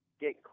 get